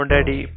Daddy